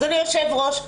אדוני היושב ראש,